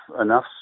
enough